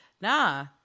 nah